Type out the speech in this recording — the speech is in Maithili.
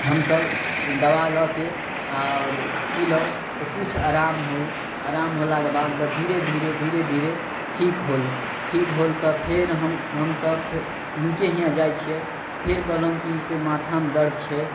हमसब दबा लऽ के आओर पीलहुॅं तऽ किछु आराम होल आराम होलाके बाद धीरे धीरे धीर धीरे ठीक होल ठीक होल तऽ फेर हम हमसब हुनके हियाँ जाइ छियै फेर कहलौं की से माथामे दर्द छै